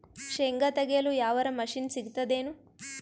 ಶೇಂಗಾ ತೆಗೆಯಲು ಯಾವರ ಮಷಿನ್ ಸಿಗತೆದೇನು?